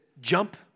jump